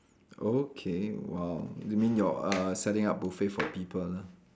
okay !wow! you mean you're uh setting up buffet for people lah